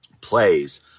plays